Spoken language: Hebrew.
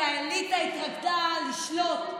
כי האליטה התרגלה לשלוט,